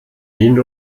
hin